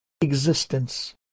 existence